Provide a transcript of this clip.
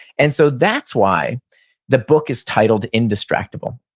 and so that's why the book is titled indistractable.